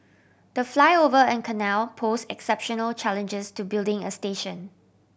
the flyover and canal pose exceptional challenges to building a station